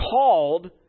called